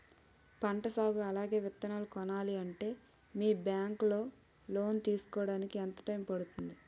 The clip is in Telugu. పంట సాగు అలాగే విత్తనాలు కొనాలి అంటే మీ బ్యాంక్ లో లోన్ తీసుకోడానికి ఎంత టైం పడుతుంది?